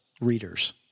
readers